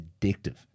addictive